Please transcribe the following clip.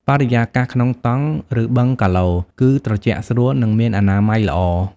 បរិយាកាសក្នុងតង់ ឬបឹងកាឡូ គឺត្រជាក់ស្រួល និងមានអនាម័យល្អ។